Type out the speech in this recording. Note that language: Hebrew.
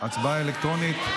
ההצבעה אלקטרונית.